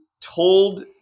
told